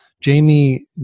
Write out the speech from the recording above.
Jamie